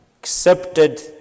Accepted